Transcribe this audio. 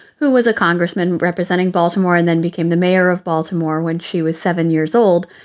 who was a congressman representing baltimore and then became the mayor of baltimore when she was seven years old,